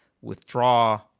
withdraw